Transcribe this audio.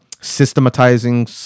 systematizing